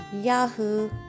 Yahoo